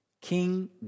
King